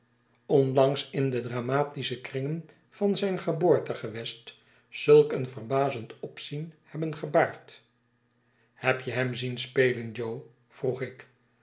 onlangs in de dramatische kringen van zijn geboortegewest zulk een verbazend opzien hebben gebaard heb je hem zien spelen jo vroeg ik